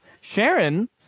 Sharon